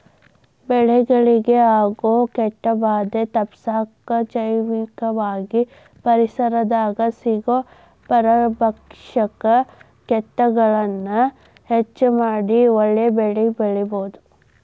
ಬೆಳೆಗಳಿಗೆ ಆಗೋ ಕೇಟಭಾದೆ ತಪ್ಪಸಾಕ ಜೈವಿಕವಾಗಿನ ಪರಿಸರದಾಗ ಸಿಗೋ ಪರಭಕ್ಷಕ ಕೇಟಗಳನ್ನ ಹೆಚ್ಚ ಮಾಡಿ ಒಳ್ಳೆ ಬೆಳೆಬೆಳಿಬೊದು